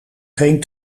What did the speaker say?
geen